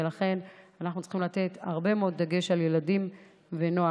ולכן אנחנו צריכים לתת הרבה מאוד דגש על ילדים ונוער.